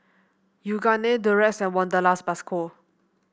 Yoogane Durex and Wanderlust Plus Co